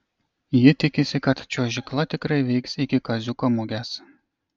ji tikisi kad čiuožykla tikrai veiks iki kaziuko mugės